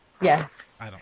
Yes